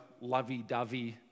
lovey-dovey